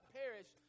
perish